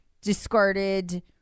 discarded